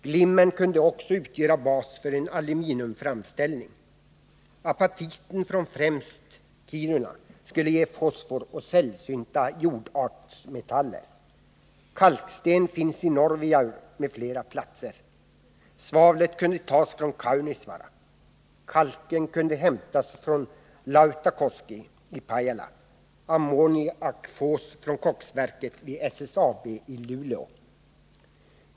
Glimmern kunde också utgöra bas för en aluminiumframställning. Apatiten från främst Kiruna skulle ge fosfor och sällsynta jordartsmetaller. Kalksten finns i Norvijaure med flera platser. Svavlet kunde tas från Kaunisvaara. Kalken kunde hämtas från Lautakoski i Pajala. Ammoniak kunde fås från koksverket vid SSAB i Luleå.